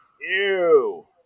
Ew